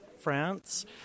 France